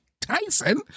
Tyson